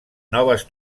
noves